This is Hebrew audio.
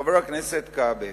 חבר הכנסת כבל,